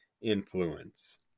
influence